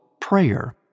prayer